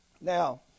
Now